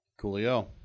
Coolio